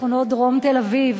בשכונות דרום תל-אביב